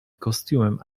kostiumem